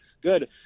Good